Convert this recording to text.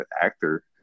actor